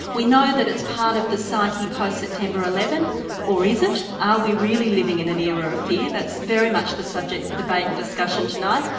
we know that it's part of the psyche post-september eleven or is it? are we really living in an era of fear? that's very much the subject for debate and discussion tonight.